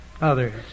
others